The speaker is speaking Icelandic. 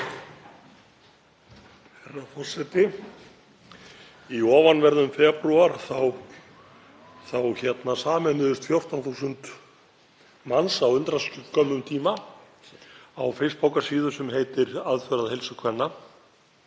Herra forseti. Í ofanverðum febrúar sameinuðust 14.000 manns á undraskömmum tíma á Facebook-síðu sem heitir Aðför að heilsu kvenna,